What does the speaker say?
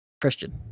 Christian